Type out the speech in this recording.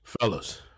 Fellas